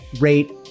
rate